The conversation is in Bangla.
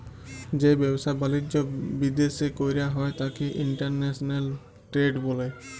যে ব্যাবসা বালিজ্য বিদ্যাশে কইরা হ্যয় ত্যাকে ইন্টরন্যাশনাল টেরেড ব্যলে